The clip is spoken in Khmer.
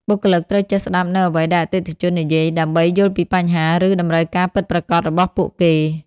បុគ្គលិកត្រូវចេះស្ដាប់នូវអ្វីដែលអតិថិជននិយាយដើម្បីយល់ពីបញ្ហា ឬតម្រូវការពិតប្រាកដរបស់ពួកគេ។